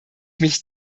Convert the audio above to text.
mich